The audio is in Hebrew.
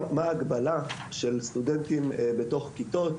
מה ההגבלה של סטודנטים בתוך כיתות.